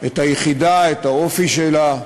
את היחידה, את האופי שלה,